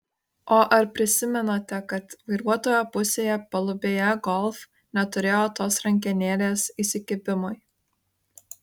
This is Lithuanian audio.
o ar prisimenate kad vairuotojo pusėje palubėje golf neturėjo tos rankenėles įsikibimui